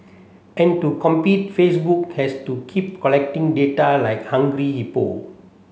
and to compete Facebook has to keep collecting data like hungry hippo